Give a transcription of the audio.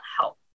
help